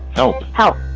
help help.